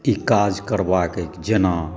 ई काज करबाक अछि जेना